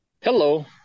Hello